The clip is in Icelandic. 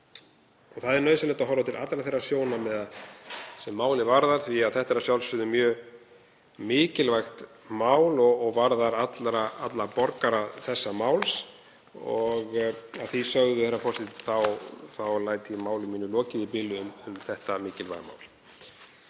Það er nauðsynlegt að horfa til allra þeirra sjónarmiða sem málið varða því að þetta er að sjálfsögðu mjög mikilvægt mál og varðar alla borgara þessa lands. Að því sögðu, herra forseti, þá læt ég máli mínu lokið í bili um þetta mikilvæga mál.